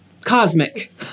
cosmic